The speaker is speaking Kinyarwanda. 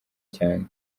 cyane